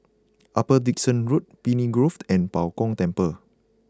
Upper Dickson Road Pine Grove and Bao Gong Temple